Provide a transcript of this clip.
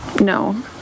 No